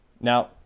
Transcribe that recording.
Now